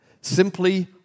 Simply